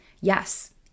yes